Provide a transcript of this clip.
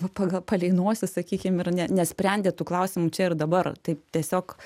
pagal palei nosį sakykim ir ne nesprendė tų klausimų čia ir dabar taip tiesiog